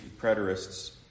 preterists